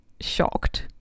shocked